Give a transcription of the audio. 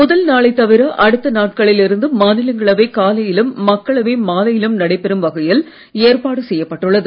முதல் நாளை தவிர அடுத்த நாட்களில் இருந்து மாநிலங்களவை காலையிலும் மக்களவை மாலையிலும் நடைபெறும் வகையில் ஏற்பாடு செய்யப்பட்டுள்ளது